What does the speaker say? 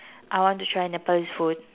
I want to try nepalese food